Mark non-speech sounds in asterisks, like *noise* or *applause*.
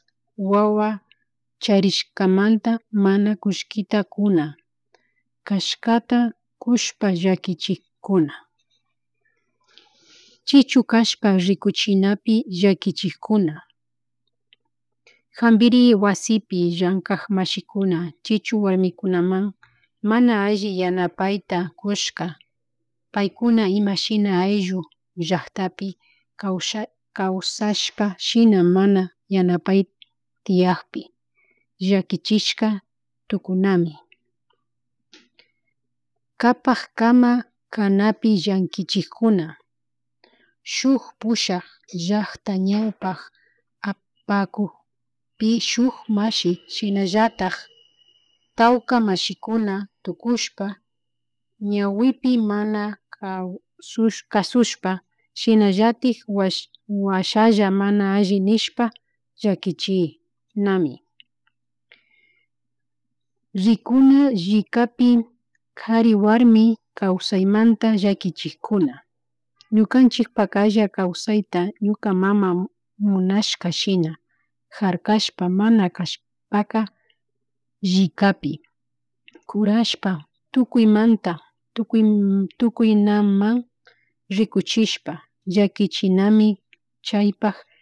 Shunku shinallatak atashpa lulunpich pay chapish shinallatak yuyarikti pukpuk pukun murukuna kutatuk murukuna wakra ñuñumanta urashka mikunkunapish ashta wampish hampirina wasi kushka hiero nishka tapish upiana mikanchik kipa puncha ama anemia nishka unkuy hapichun mamatapish wawatapish chichu warmika kay hiero nishka taka ashtawan minikuna ministin punchanta wawapak yawarmi mira chichu shina llatak mamapak wawapak tukuy aycha kawsayman alli waranka kuchimi mikuna kaymi mikuykunami hiero nishkata charin kuichi aycha, wakra aycha, atashpa aycha, kulla chunchillu murukuna kuta rurana, mutukuna uvas chay kishkamamnta kiwa pantakuna. Yuyari, hiero nishkaka mikunaka may allimi ñukanchik wawakuna *hesitation* wallirishka tukushun shina llatak manara wachrik tiktukukpi